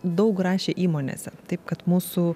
daug rašė įmonėse taip kad mūsų